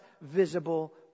visible